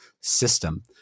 system